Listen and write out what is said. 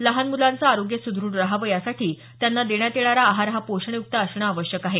लहान मुलांचं आरोग्य सुदृढ राहावं यासाठी त्यांना देण्यात येणारा आहार हा पोषण युक्त असणं आवश्यक आहे